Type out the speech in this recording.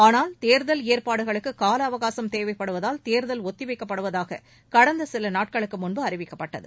ஆனால் தேர்தல் ஏற்பாடுகளுக்கு காலஅவகாசம் தேவைப்படுவதால் தேர்தல் ஒத்திவைக்கப்படுவதாக கடந்த சில நாட்களுக்கு முன்பு அறிவிக்கப்பட்டது